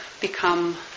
become